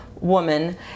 woman